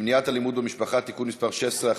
למניעת אלימות במשפחה (תיקון מס' 16)